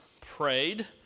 prayed